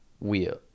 Wheel